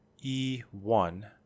E1